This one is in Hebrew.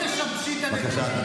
תשבשי את הנתונים.